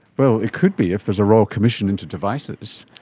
well, it could be if there is a royal commission into devices.